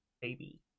Baby